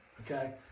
okay